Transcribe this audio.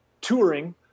touring